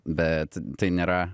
bet tai nėra